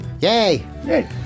Yay